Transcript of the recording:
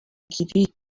گیری